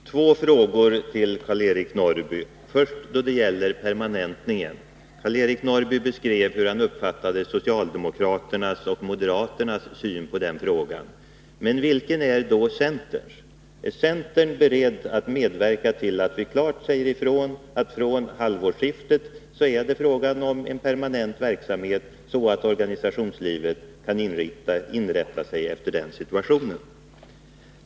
Herr talman! Jag vill ställa två frågor till Karl-Eric Norrby. Den första gäller permanentningen. Karl-Eric Norrby beskrev hur han uppfattade socialdemokraternas och moderaternas syn på den frågan, men vilken är centerns? Är centern beredd att medverka till att vi klart säger ifrån att det 4 fr.o.m. halvårsskiftet är fråga om en permanent verksamhet, så att organisationslivet kan inrätta sig efter den situationen?